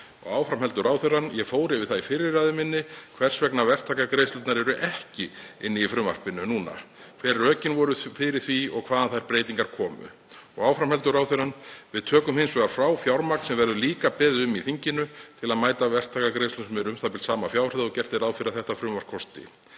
áfram heldur ráðherrann: „Ég fór yfir það í fyrri ræðu minni hvers vegna verktakagreiðslurnar eru ekki inni í frumvarpinu núna, hver rökin voru fyrir því og hvaðan þær breytingar komu […] Við tökum hins vegar frá fjármagn sem verður líka beðið um í þinginu, til að mæta verktakagreiðslum sem er u.þ.b. sama fjárhæð og gert er ráð fyrir að þetta frumvarp kosti.“